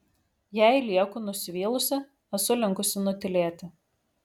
jei lieku nusivylusi esu linkusi nutylėti